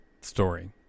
story